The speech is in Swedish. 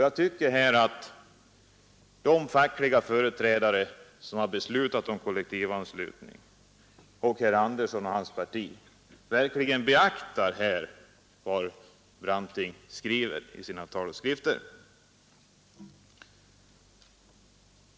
Jag tycker att de fackliga företrädare som har beslutat om kollektivanslutningen och herr Sten Andersson och hans parti verkligen borde beakta vad Branting skriver i sina Tal och skrifter.